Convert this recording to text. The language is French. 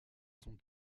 sont